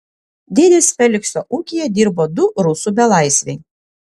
dėdės felikso ūkyje dirbo du rusų belaisviai